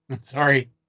sorry